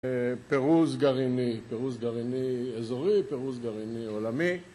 פירוז גרעיני, פירוז גרעיני אזורי, פירוז גרעיני עולמי